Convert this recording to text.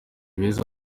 beza